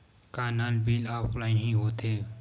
का नल bill offline हि होथे?